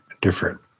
different